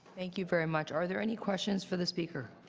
thank you very much. are there any questions for the speaker?